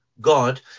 God